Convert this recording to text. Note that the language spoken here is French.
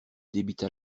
débita